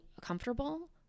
comfortable